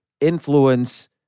influence